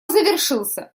завершился